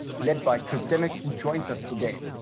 led by chris dimmick who joins us today.